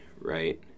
right